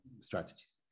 strategies